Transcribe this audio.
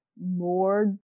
more